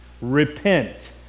Repent